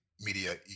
media